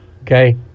Okay